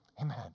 Amen